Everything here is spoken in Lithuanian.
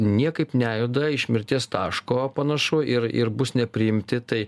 niekaip nejuda iš mirties taško panašu ir ir bus nepriimti tai